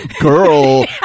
girl